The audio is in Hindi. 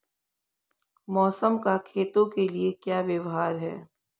मौसम का खेतों के लिये क्या व्यवहार है?